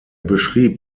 beschrieb